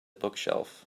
bookshelf